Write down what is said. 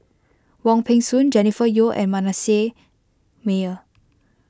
Wong Peng Soon Jennifer Yeo and Manasseh Meyer